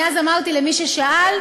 אני אז אמרתי למי ששאל,